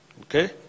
okay